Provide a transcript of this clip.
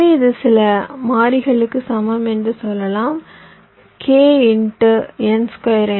எனவே இது சில மாறிலிகளுக்கு சமம் என்று சொல்லலாம் K × n2